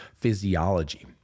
physiology